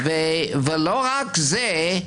ולא רק זה,